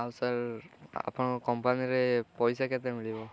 ଆଉ ସାର୍ ଆପଣଙ୍କ କମ୍ପାନୀରେ ପଇସା କେତେ ମିଳିବ